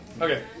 Okay